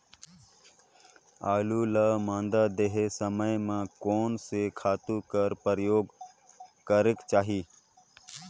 आलू ल मादा देहे समय म कोन से खातु कर प्रयोग करेके चाही?